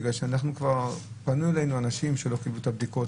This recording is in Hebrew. בגלל שכבר פנו אלינו אנשים שלא קיבלו את הבדיקות,